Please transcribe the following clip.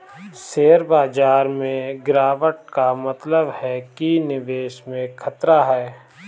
share बाजार में गिराबट का मतलब है कि निवेश में खतरा है